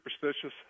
superstitious